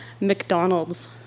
McDonald's